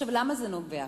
ממה זה נובע?